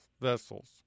vessels